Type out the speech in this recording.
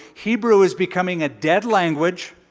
hebrew is becoming a dead language.